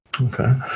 Okay